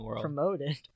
promoted